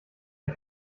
ein